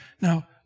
Now